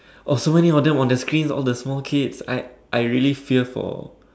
oh so many of them on the screen of the small kids I I really fear for